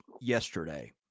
yesterday